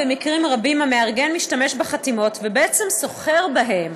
במקרים רבים המארגן משתמש בחתימות ובעצם סוחר בהן,